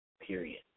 period